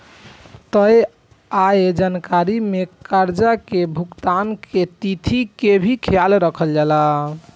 तय आय जानकारी में कर्जा के भुगतान के तिथि के भी ख्याल रखल जाला